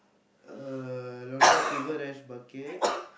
uh Long-John-Silver rice bucket